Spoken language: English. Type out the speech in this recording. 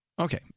Okay